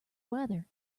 weather